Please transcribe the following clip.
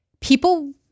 people